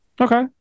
Okay